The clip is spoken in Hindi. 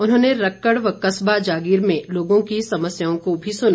उन्होंने रक्कड़ व कस्बा जागीर में लोगों की समस्याओं को भी सुना